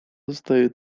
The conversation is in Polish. zostaje